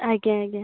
ଆଜ୍ଞା ଆଜ୍ଞା